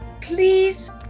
please